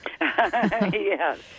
Yes